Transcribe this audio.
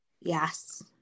Yes